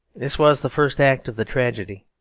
this was the first act of the tragedy,